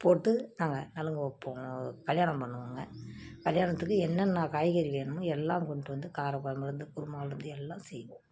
போட்டு நாங்கள் நலங்கு வைப்போம் கல்யாணம் பண்ணுவாங்க கல்யாணத்துக்கு என்னென்ன காய்கறி வேணுமோ எல்லாம் கொண்டுட்டு வந்து காரை குழம்புலேருந்து குருமா குழம்புலேருந்து எல்லாம் செய்வோம்